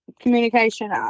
communication